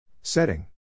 Setting